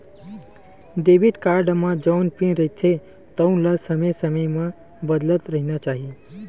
debit card म जउन PIN रहिथे तउन ल समे समे म बदलत रहिना चाही